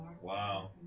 wow